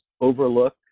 overlook